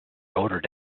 ordered